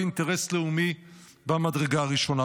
אלא גם כאינטרס לאומי מהמדרגה הראשונה.